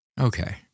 okay